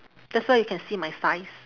that's why you can see my size